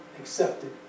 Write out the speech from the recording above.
accepted